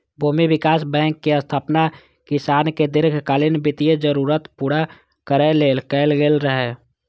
भूमि विकास बैंकक स्थापना किसानक दीर्घकालीन वित्तीय जरूरत पूरा करै लेल कैल गेल रहै